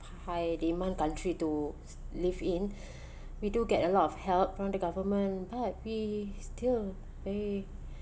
high demand country to live in we do get a lot of help from the government but we still pay